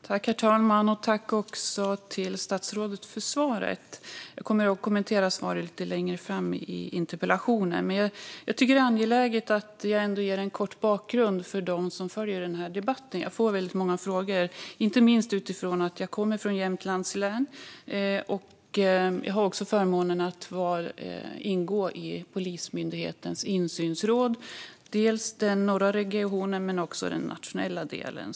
Herr talman! Jag tackar statsrådet för svaret. Jag kommer att kommentera svaret lite längre fram i mitt anförande. Men jag tycker att det är angeläget att jag ändå ger en kort bakgrund för dem som följer denna debatt. Jag får väldigt många frågor, inte minst utifrån att jag kommer från Jämtlands län, och jag har också förmånen att ingå i Polismyndighetens insynsråd, dels den norra regionen, dels den nationella delen.